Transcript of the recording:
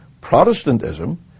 Protestantism